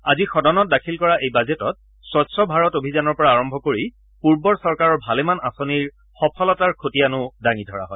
আজি সদনত দাখিল কৰা এই বাজেটত স্বচ্ছ ভাৰত অভিযানৰ পৰা আৰম্ভ কৰি পূৰ্বৰ চৰকাৰৰ ভালেমান আঁচনিৰ সফলতাৰ খতিয়ানো দাঙি ধৰা হয়